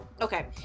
Okay